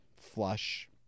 flush